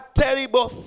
terrible